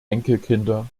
enkelkinder